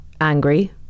Angry